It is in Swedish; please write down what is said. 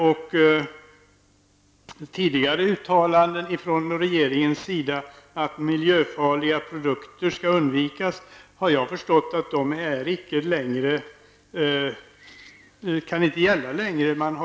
Jag har förstått att tidigare uttalanden från regeringen om att miljöfarliga produkter skall undvikas inte kan gälla längre.